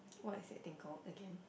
what is that thing called again